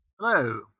Hello